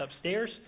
upstairs